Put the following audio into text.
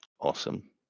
Awesome